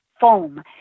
foam